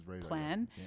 plan